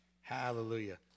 Hallelujah